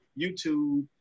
youtube